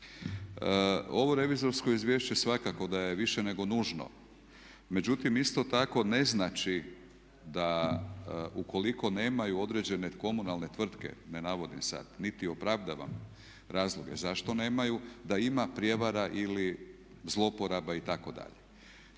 Ovo revizorsko izvješće svakako da je više nego nužno, međutim isto tako ne znači da ukoliko nemaju određene komunalne tvrtke, ne navodim sad niti opravdavam razloge zašto nemaju, da ima prijevara ili zlouporaba itd.